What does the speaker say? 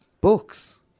Books